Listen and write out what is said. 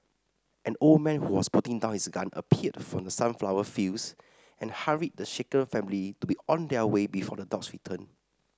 an old man who was putting down his gun appeared from the sunflower fields and hurried the shaken family to be on their way before the dogs return